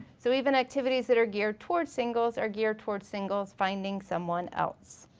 so even activities that are geared towards singles are geared towards singles finding someone else.